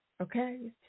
okay